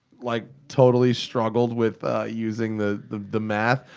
like totally struggled with using the the math,